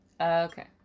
Okay